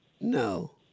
No